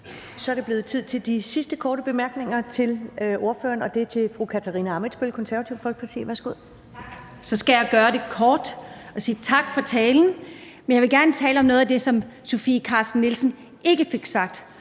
Så er det blevet tid til de sidste korte bemærkninger til ordføreren, og det er fra fru Katarina Ammitzbøll, Det Konservative Folkeparti. Værsgo. Kl. 14:39 Katarina Ammitzbøll (KF): Tak. Så skal jeg gøre det kort og sige tak for talen. Jeg vil gerne tale om noget af det, som Sofie Carsten Nielsen ikke fik sagt.